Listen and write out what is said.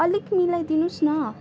अलिक मिलाई दिनु होस् न